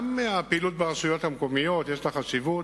גם לפעילות ברשויות המקומיות יש חשיבות.